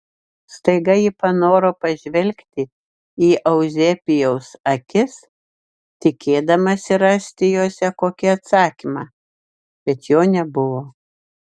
staiga ji panoro pažvelgti į euzebijaus akis tikėdamasi rasti jose kokį atsakymą bet jo nebuvo